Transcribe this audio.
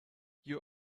you